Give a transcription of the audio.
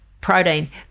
Protein